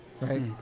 right